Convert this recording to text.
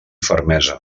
fermesa